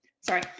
sorry